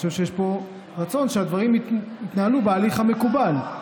אני חושב שיש פה רצון שהדברים יתקיימו בהליך המקובל.